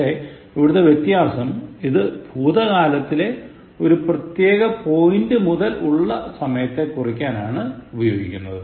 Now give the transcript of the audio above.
പക്ഷേ ഇവിടുത്തെ വ്യത്യാസം ഇത് ഭൂതകാലത്തിലെ ഒരു പ്രത്യേക പോയിന്റ് മുതൽ ഉള്ള സമയത്തെ കുറിക്കാനാണ് ഉപയോഗിക്കുന്നത്